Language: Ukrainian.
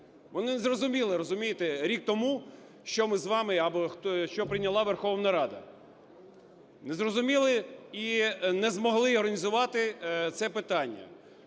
Вони не зрозуміли, розумієте, рік тому, що ми з вами або що прийняла Верховна Рада. Не зрозуміли і не змогли організувати це питання.